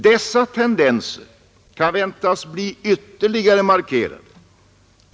Dessa tendenser kan väntas bli ytterligare markerade.